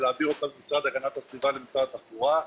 ולהעביר אותה מהמשרד להגנת הסביבה למשרד התחבורה.